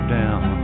down